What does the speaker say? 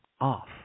off